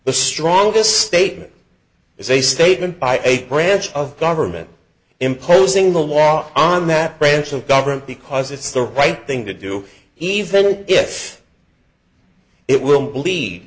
the strongest statement is a statement by eight branch of government imposing the law on that branch of government because it's the right thing to do even if it will lead